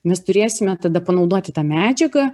mes turėsime tada panaudoti tą medžiagą